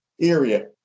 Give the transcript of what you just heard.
area